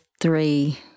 three